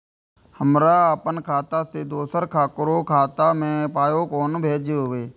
हमरा आपन खाता से दोसर ककरो खाता मे पाय कोना भेजबै?